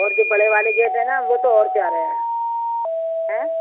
اور جو بڑے والے گیٹ ہیں نا وہ تو اور پیارے ہیں ایں